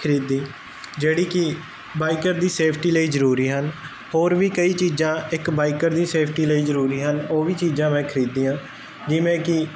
ਖਰੀਦੀ ਜਿਹੜੀ ਕੀ ਬਾਈਕਰ ਦੀ ਸੇਫਟੀ ਲਈ ਜਰੂਰੀ ਹਨ ਹੋਰ ਵੀ ਕਈ ਚੀਜ਼ਾਂ ਇੱਕ ਬਾਈਕਰ ਦੀ ਸਫੇਟੀ ਲਈ ਜਰੂਰੀ ਹਨ ਉਹ ਵੀ ਚੀਜ਼ਾਂ ਮੈਂ ਖਰੀਦੀਆਂ ਜਿਵੇਂ ਕੀ